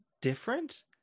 different